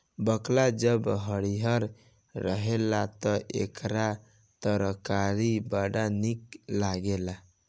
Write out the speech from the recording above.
बकला जब हरिहर रहेला तअ एकर तरकारी बड़ा निक लागेला